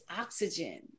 oxygen